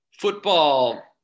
Football